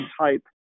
type